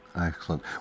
Excellent